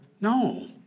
No